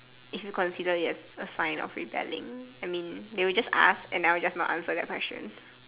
if you consider it a sign of rebelling I mean they will just ask and I will just not answer their question